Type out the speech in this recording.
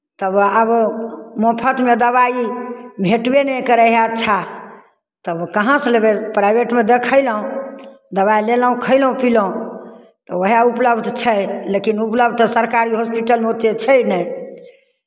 तब आब मुफ्तमे दबाइ भेटबे नहि करैत हइ अच्छा तब कहाँसँ लयबै प्राइभेटमे देखयलहुँ दबाइ लेलहुँ खयलहुँ पीलहुँ तऽ उएह उपलब्ध छै लेकिन उपलब्ध तऽ सरकारी हॉस्पिटलमे ओतेक छै नहि